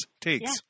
Takes